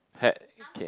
K